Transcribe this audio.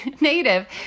native